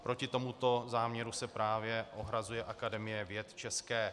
Proti tomuto záměru se právě ohrazuje Akademie věd ČR.